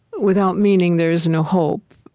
without meaning there is no hope,